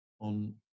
on